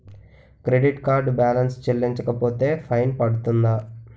Credit card balance చెల్లించకపోతే fine పడ్తుంద?